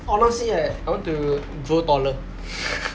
honestly right I want to grow taller